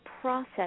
process